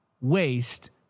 waste